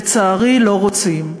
לצערי, לא רוצים.